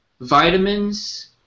vitamins